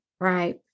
right